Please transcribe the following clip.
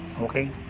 Okay